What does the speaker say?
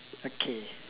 okay